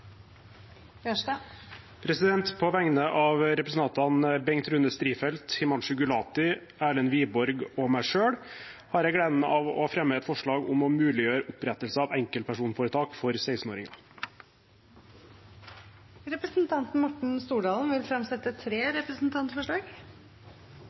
På vegne av representantene Bengt Rune Strifeldt, Himanshu Gulati, Erlend Wiborg og meg selv har jeg gleden av å fremme forslag om å muliggjøre opprettelse av enkeltpersonforetak for 16-åringer. Representanten Morten Stordalen vil fremsette tre